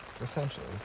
Essentially